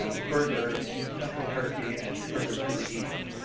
ah further in central turkey and further to the east.